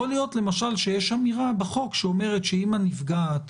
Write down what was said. יכול להיות למשל שיש אמירה בחוק שאומרת שאם הנפגעת